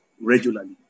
regularly